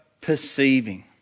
perceiving